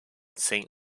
saint